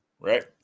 Right